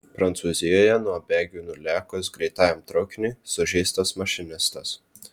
prancūzijoje nuo bėgių nulėkus greitajam traukiniui sužeistas mašinistas